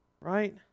Right